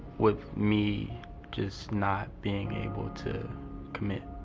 with me just not being able to commit.